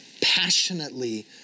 passionately